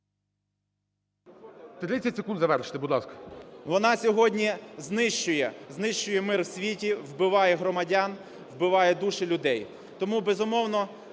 …вона сьогодні знищує – знищує мир у світі, вбиває громадян, вбиває душі людей. Тому, безумовно,